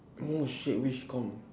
oh shit which comp~